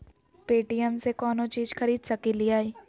Paytm से कौनो चीज खरीद सकी लिय?